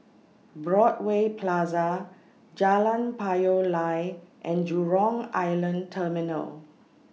Broadway Plaza Jalan Payoh Lai and Jurong Island Terminal